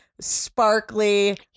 sparkly